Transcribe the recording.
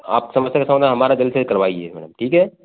आप समस्या का समाधान हमारा जल्द से जल्द करवाइए मैडम ठीक है